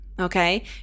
okay